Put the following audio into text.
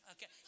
Okay